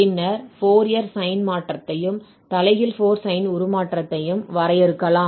பின்னர் Fourier sine மாற்றத்தையும் தலைகீழ் ஃபோரியர் சைன் உருமாற்றத்தையும் வரையறுக்கலாம்